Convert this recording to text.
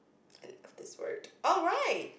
end of this word alright